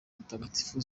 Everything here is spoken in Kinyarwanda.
umutagatifu